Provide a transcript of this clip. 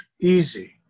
easy